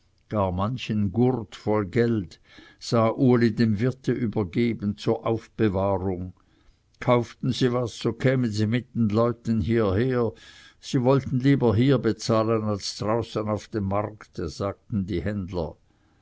manchen gurt voll geld sah uli dem wirte übergeben zur aufbewahrung kauften sie was so kämen sie mit den leuten hieher sie wollten lieber hier bezahlen als draußen auf dem markte sagten die händler